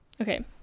Okay